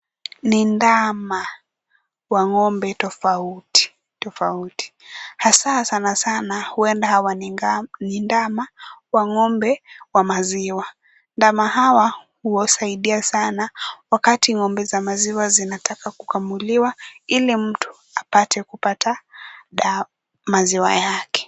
Ni ndama wa ng'ombe tofauti tofauti. Hasa sana sana huenda hawa ni ndama wa ng'ombe wa maziwa. Ndama hawa huwasaidia sana wakati ng'ombe za maziwa zinataka kukamuliwa, ili mtu apate kupata maziwa yake.